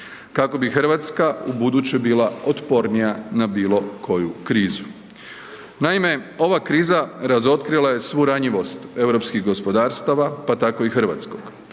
kako bi Hrvatska ubuduće bila otpornija na bilo koju krizu. Naime, ova kriza razotkrila je svu ranjivost europskih gospodarstava pa tako i hrvatskog